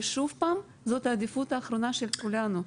שוב, זו העדיפות האחרונה של כולנו.